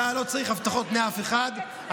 אתה לא צריך הבטחות מאף אחד,